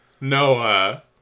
Noah